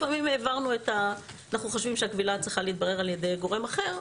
לפעמים אנחנו חושבים שהקבילה צריכה להתברר על ידי גורם אחר,